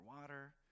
water